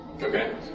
Okay